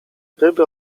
ryby